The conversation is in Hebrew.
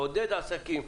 לעודד עסקים.